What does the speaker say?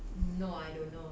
no I don't know